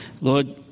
Lord